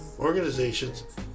organizations